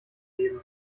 geben